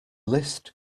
list